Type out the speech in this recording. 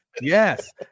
yes